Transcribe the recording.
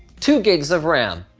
two gigs of ram,